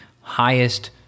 highest